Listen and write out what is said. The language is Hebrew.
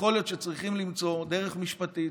יכול להיות שצריכים למצוא דרך משפטית,